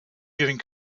getting